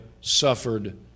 suffered